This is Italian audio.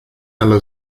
alla